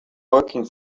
working